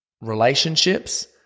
relationships